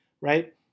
right